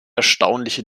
erstaunliche